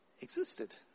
existed